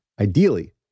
ideally